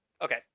okay